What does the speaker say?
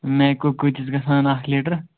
میکُک کۭتِس گژھان اَکھ لیٖٹر